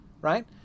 right